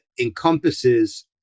encompasses